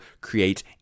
create